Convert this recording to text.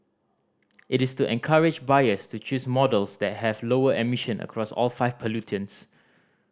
it is to encourage buyers to choose models that have lower emission across all five pollutants